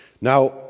Now